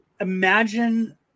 Imagine